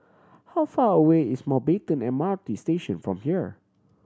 how far away is Mountbatten M R T Station from here